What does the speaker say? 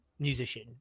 musician